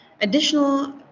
Additional